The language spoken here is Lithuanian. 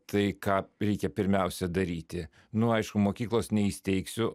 tai ką reikia pirmiausia daryti nu aišku mokyklos neįsteigsiu